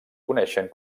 coneixen